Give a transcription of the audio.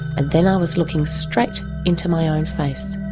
and then i was looking straight into my own face.